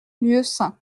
lieusaint